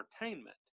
Entertainment